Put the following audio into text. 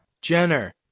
Jenner